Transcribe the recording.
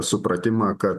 supratimą kad